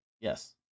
Yes